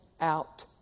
out